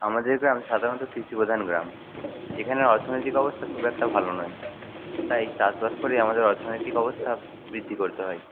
আমাদের গ্রাম সাধারণত কৃষি প্রধান গ্রাম এখানের অর্থনৈতিক অবস্থা খুব একটা ভালো নয় তাই চাষ বাস করেই আমাদের অর্থনৈতিক অবস্থা বৃদ্ধি করতে হয়